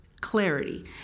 clarity